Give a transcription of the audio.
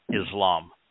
Islam